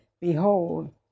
Behold